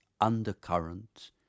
undercurrent